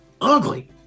Ugly